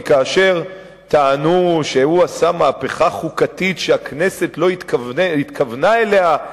כי כאשר טענו שהוא עשה מהפכה חוקתית שהכנסת לא התכוונה אליה,